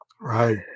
Right